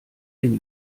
den